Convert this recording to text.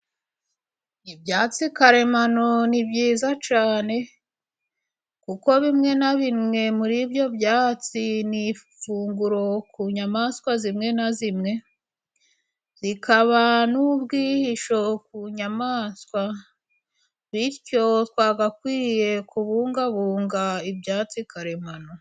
Ibyatsi karemano ni byiza cyane. Kuko bimwe na bimwe muri byo byatsi ni ifunguro ku nyamaswa zimwe na zimwe. Zikaba n'ubwihisho ku nyayamaswa bityo twagakwiye kubungabunga ibyatsi karemano.